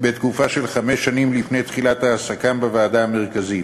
בתקופה של חמש שנים לפני תחילת העסקתם בוועדה המרכזית,